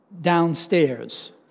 Downstairs